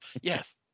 Yes